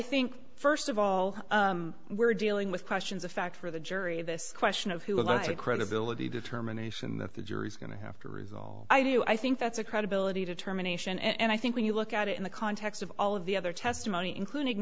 think first of all we're dealing with questions of fact for the jury this question of who allegedly credibility determination that the jury's going to have to resolve i do i think that's a credibility determination and i think when you look at it in the context of all of the other testimony including